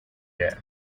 there